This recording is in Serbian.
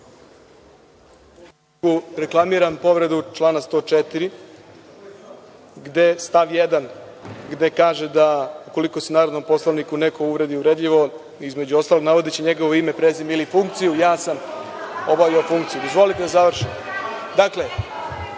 Reklamiram povredu člana 104. stav 1. gde kaže da, ukoliko se narodnom poslaniku neko obrati uvredljivo, između ostalog navodeći njegovo ime, prezime ili funkciju, ja sam obavljao funkciju. Dozvolite da završim. **Maja